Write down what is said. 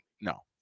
no